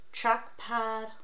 Trackpad